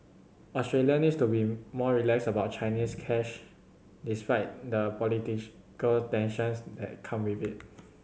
Australia needs to be more relaxed about Chinese cash despite the tensions that come with it